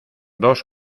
dos